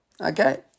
Okay